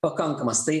pakankamas tai